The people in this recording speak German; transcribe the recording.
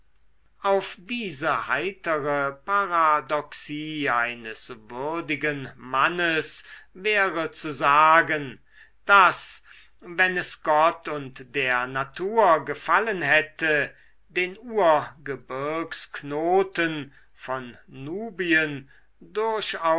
auf diese heitere paradoxie eines würdigen mannes wäre zu sagen daß wenn es gott und der natur gefallen hätte den urgebirgsknoten von nubien durchaus